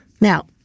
Now